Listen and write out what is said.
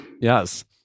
Yes